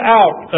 out